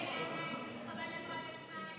חבריי חברי הכנסת,